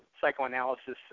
psychoanalysis